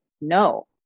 No